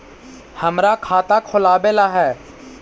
हमरा खाता खोलाबे ला है?